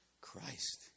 Christ